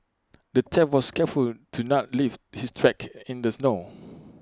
the thief was careful to not leave his tracks in the snow